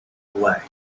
away